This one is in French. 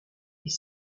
est